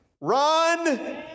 Run